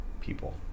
people